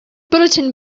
bulletin